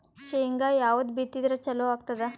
ಶೇಂಗಾ ಯಾವದ್ ಬಿತ್ತಿದರ ಚಲೋ ಆಗತದ?